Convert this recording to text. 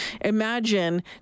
imagine